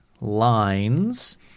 lines